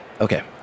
okay